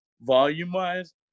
volume-wise